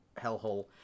hellhole